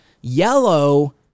Yellow